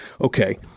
okay